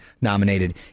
nominated